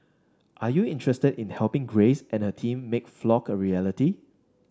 are you interested in helping Grace and her team make Flock a reality